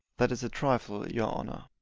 that is a trifle, your honour.